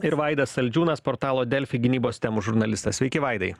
ir vaidas saldžiūnas portalo delfi gynybos temų žurnalistas sveiki vaidai